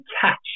catch